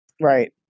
Right